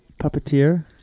Puppeteer